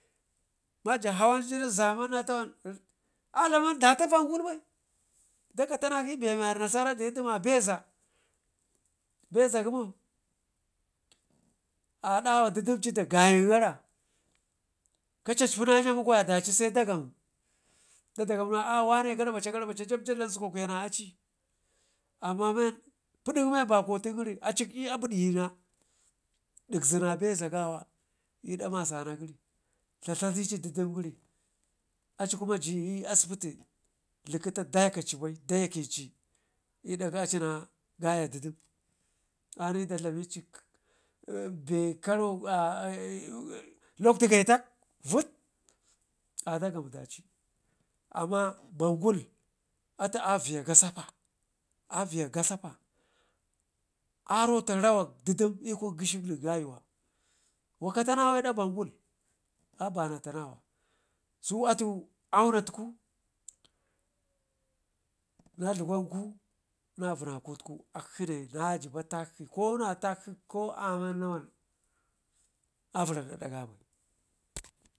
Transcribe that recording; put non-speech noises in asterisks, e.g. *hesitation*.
na ja hawan jini zaman na tawan a dlamau nata bangul bai da katanakshi be waranasara deduma beza, beza gəmo adawa didimai da gayin gara kacacpi na yami kwaya daci se dagamu kagamu nen aa wannen garvaca garvaca ja dlam sukwakwiya na acii, amma men pidik men bak otun gəri acikdi a biddiyi na digzena beza gawa idak masana gəri haa haadici didim gəri acikuma ji i'asibiti likita dakaci bai da ye kənci i'dak acina, gaya didimani da dlamici *hesitation* luktu getak vid a dagamu daci amma bangul atu a viyya gasapa a viyya gasapa, arotak rawa didim i'kun gheshi nengayiwa wakatanawe dak bangul a banatanawa su atu aunatku na dlugwanku na vənnaku tuku akshine najiba takshi ko na takshi ko amman nawan a vərra da ɗa gabai.